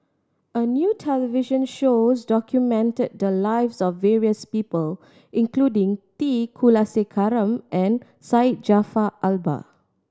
a new television show documented the lives of various people including T Kulasekaram and Syed Jaafar Albar